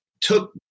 took